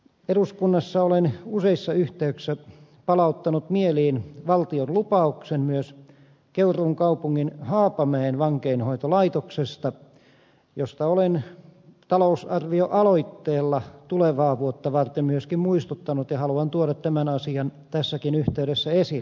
eduskunnassa olen useissa yhteyksissä palauttanut mieliin valtion lupauksen myös keuruun kaupungin haapamäen vankeinhoitolaitoksesta josta olen talousarvioaloitteella tulevaa vuotta varten myöskin muistuttanut ja haluan tuoda tämän asian tässäkin yhteydessä esille